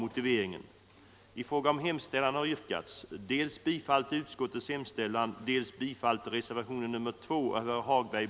Ekonomiskt stöd åt den det ej vill röstar nej. den det ej vill röstar nej. den det ej vill röstar nej. den det ej vill röstar nej.